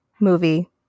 movie